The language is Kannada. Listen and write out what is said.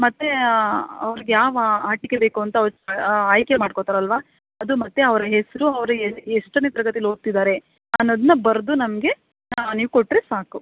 ಮತ್ತೇ ಅವ್ರ್ಗೆ ಯಾವ ಆಟಿಕೆ ಬೇಕು ಅಂತ ಅವ್ರು ಆಯ್ಕೆ ಮಾಡ್ಕೋತಾರಲ್ವ ಅದು ಮತ್ತೆ ಅವ್ರ ಹೆಸರು ಅವರಿಗೆ ಎಷ್ಟನೆ ತರಗತಿಲಿ ಓದ್ತಿದ್ದಾರೆ ಅನ್ನೋದನ್ನ ಬರೆದು ನಮಗೆ ನೀವು ಕೊಟ್ಟರೆ ಸಾಕು